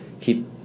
keep